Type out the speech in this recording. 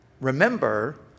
remember